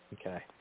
Okay